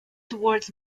towards